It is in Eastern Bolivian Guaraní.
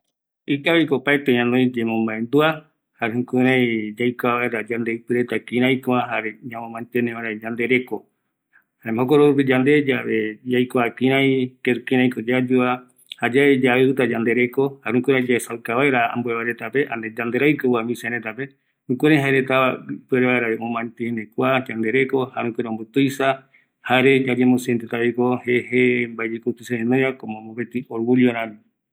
﻿Ikaviko opaete ñanoi yemomaendua, jre kurai yaikua vaera yandeipi reta kiraiko jare yamo mantien vaeravi yande reko, jaema jokoropi yande yave yaikua kirai, kiraiko yayuva jayae kirai yaiuta yande reko, jare jukurai yaesauka vaera ambueva retape, jere yanderaikue ovae misia retape, jukurai jareta ipuere vaeravi omomantiene kua yandereko, jare ikirei ombotuisa, jare yayemosiente kaviko jeje, mbaeyekou tuisague yanoiva komo orgullo rami